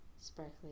sparkly